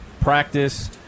practice